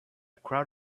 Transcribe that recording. crowd